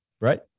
right